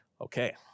Okay